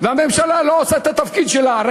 והממשלה לא עושה את התפקיד שלה,